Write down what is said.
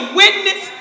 witness